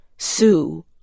sue